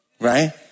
right